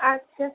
আচ্ছা